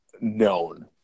known